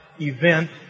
event